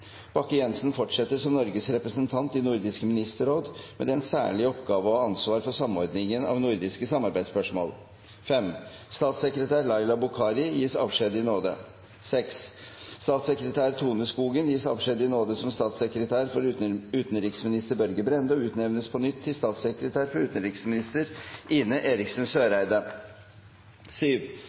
fortsetter som Norges representant i Nordisk ministerråd med den særlige oppgave å ha ansvaret for samordningen av nordiske samarbeidsspørsmål. Statssekretær Laila Bokhari gis avskjed i nåde. Statssekretær Tone Skogen gis avskjed i nåde som statssekretær for utenriksminister Børge Brende og utnevnes på nytt til statssekretær for utenriksminister Ine Eriksen Søreide.